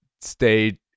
stay